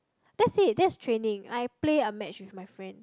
that's it that's training I play a match with my friend